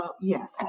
Yes